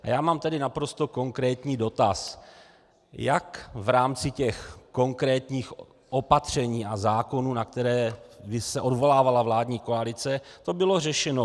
A já mám naprosto konkrétní dotaz: Jak v rámci těch konkrétních opatření a zákonů, na které se odvolávala vládní koalice, to bylo řešeno?